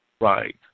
Right